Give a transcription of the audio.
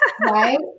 right